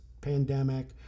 pandemic